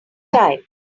time